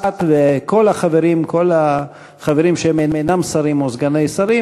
את וכל החברים שהם אינם שרים או סגני שרים